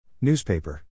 Newspaper